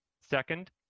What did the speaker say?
Second